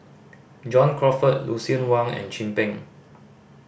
John Crawfurd Lucien Wang and Chin Peng